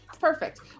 perfect